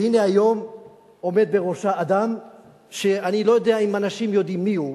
והנה היום עומד בראשה אדם שאני לא יודע אם אנשים יודעים מיהו,